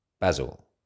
Basil